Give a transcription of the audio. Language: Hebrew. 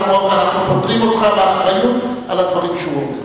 אנחנו פוטרים אותך מאחריות לדברים שהוא אומר.